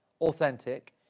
authentic